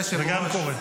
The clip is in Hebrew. זה גם קורה.